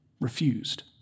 refused